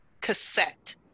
cassette